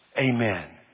Amen